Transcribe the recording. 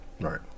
Right